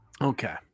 Okay